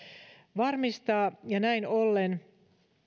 varmistaa näin ollen